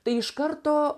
tai iš karto